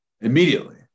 Immediately